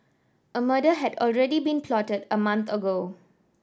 a murder had already been plotted a month ago